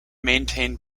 maintained